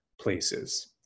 places